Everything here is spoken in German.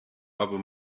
aber